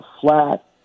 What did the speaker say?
flat